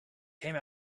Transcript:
came